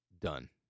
done